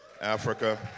Africa